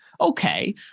Okay